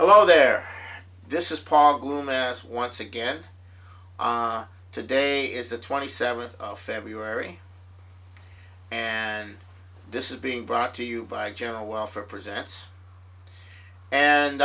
hello there this is paul whom asked once again today is the twenty seventh of february and this is being brought to you by general welfare presents and